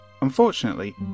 Unfortunately